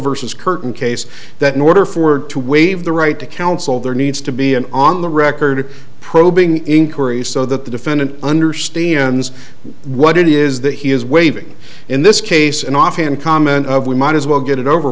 versus curtain case that in order for her to waive the right to counsel there needs to be an on the record probing inquiry so that the defendant understands what it is that he is waving in this case an offhand comment of we might as well get it over